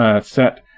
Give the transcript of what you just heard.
set